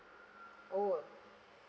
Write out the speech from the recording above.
oh